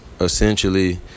essentially